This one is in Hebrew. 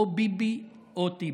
או ביבי או טיבי.